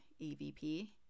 EVP